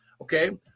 Okay